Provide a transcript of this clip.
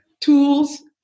tools